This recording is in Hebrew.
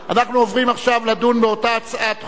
אנחנו עוברים עכשיו לדון באותה הצעת חוק,